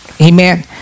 amen